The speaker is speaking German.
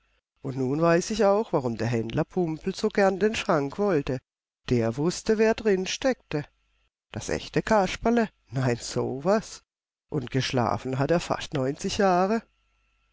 und nun weiß ich auch warum der händler pumpel so gern den schrank wollte der wußte wer drin steckte das echte kasperle nein so etwas und geschlafen hat es fast neunzig jahre